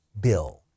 bill